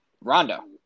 Rondo